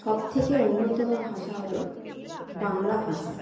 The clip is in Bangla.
সব থেকে অন্যতম ভাষা হল বাংলা ভাষা